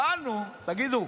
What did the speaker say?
שאלנו, תגידו,